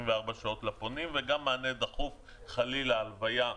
שעות לפונים וגם מענה דחוף כמו חלילה הלוויה.